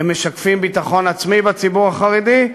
הם משקפים ביטחון עצמי בציבור החרדי,